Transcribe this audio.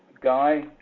Guy